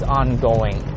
ongoing